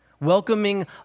welcoming